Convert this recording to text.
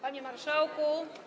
Panie Marszałku!